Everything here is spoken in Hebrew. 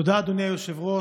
תודה, אדוני היושב-ראש.